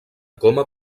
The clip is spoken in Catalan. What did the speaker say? coma